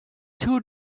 two